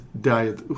diet